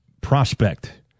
prospect